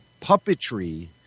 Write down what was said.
puppetry